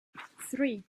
three